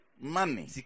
money